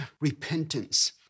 repentance